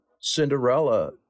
Cinderella